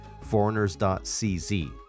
Foreigners.cz